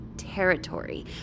territory